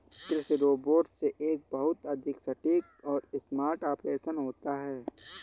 कृषि रोबोट से एक बहुत अधिक सटीक और स्मार्ट ऑपरेशन होता है